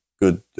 good